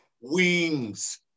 wings